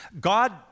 God